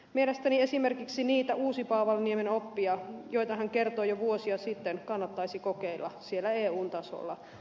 mielestäni esimerkiksi niitä uusipaavalniemen oppeja joista hän kertoi jo vuosia sitten kannattaisi kokeilla siellä eun tasolla